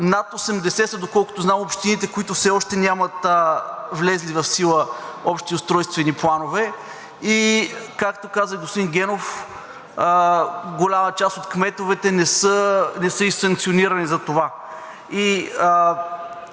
Над 80 са доколкото знам общините, които все още нямат влезли в сила общи устройствени планове, и както каза господин Генов, голяма част от кметовете не са и санкционирани за това.